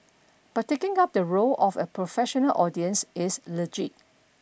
but taking up the role of a professional audience is legit